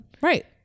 right